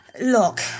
Look